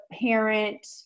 parent